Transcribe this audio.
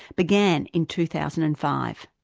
began in two thousand and five.